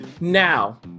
Now